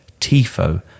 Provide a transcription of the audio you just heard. TIFO